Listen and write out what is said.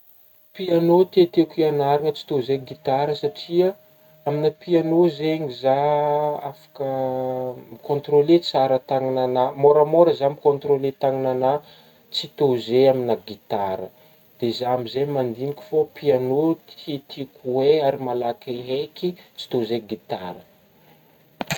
Pianô tietieko hianaragna tsy tô zay gitara satria aminah pianô zegny zah afaka mi-controler tsara tanagna agnah, môramôra zah mi-controler tanagna agnah tsy toy zey aminah gitara, de zah amin'izey mandigniky fô pianô tiatiako ho hay ary malaky haiky tsy to zay gitara.